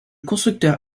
constructeur